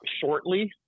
shortly